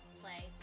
play